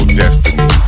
destiny